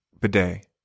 bidet